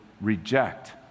reject